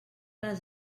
les